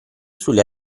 sulle